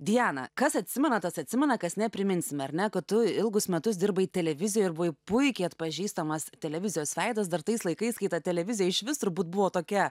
diana kas atsimena tas atsimena kas ne priminsime ar ne kad tu ilgus metus dirbai televizijoj ir buvai puikiai atpažįstamas televizijos veidas dar tais laikais kai ta televizija išvis turbūt buvo tokia